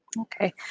Okay